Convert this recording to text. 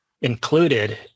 included